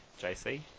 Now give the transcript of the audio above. JC